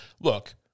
look